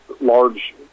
large